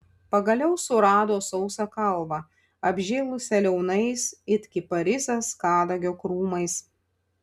pagaliau surado sausą kalvą apžėlusią liaunais it kiparisas kadagio krūmais